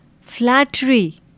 flattery